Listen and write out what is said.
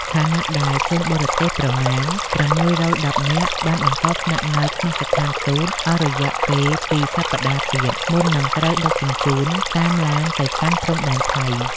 ខណៈដែលជនបរទេសប្រមាណ ៦១០ នាក់បានបន្តស្នាក់នៅក្នុងស្ថានទូតអស់រយៈពេលពីរសប្តាហ៍ទៀត មុននឹងត្រូវដឹកជញ្ជូនតាមឡានទៅកាន់ព្រំដែនថៃ។